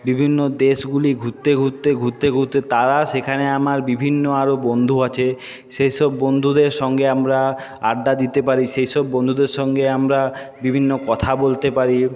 বিভিন্ন দেশগুলি ঘুরতে ঘুরতে ঘুরতে ঘুরতে তারা সেখানে আমার বিভিন্ন আরও বন্ধু আছে সে সব বন্ধুদের সঙ্গে আমরা আড্ডা দিতে পারি সেই সব বন্ধুদের সঙ্গে আমরা বিভিন্ন কথা বলতে পারি